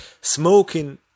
smoking